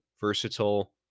versatile